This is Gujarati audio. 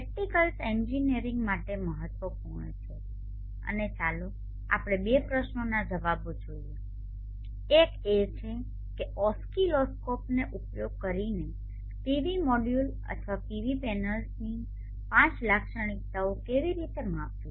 પ્રેક્ટિકલ્સ એન્જિનિયરિંગ માટે મહત્વપૂર્ણ છે અને ચાલો આપણે બે પ્રશ્નોના જવાબો જોઈએ એક એ છે કે ઓસ્કીલોસ્કોપનો ઉપયોગ કરીને PV મોડ્યુલ અથવા PV પેનલ્સની IV લાક્ષણિકતાઓ કેવી રીતે માપવી